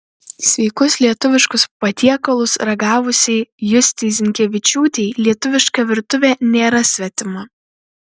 sveikus lietuviškus patiekalus ragavusiai justei zinkevičiūtei lietuviška virtuvė nėra svetima